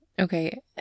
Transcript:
okay